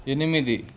ఎనిమిది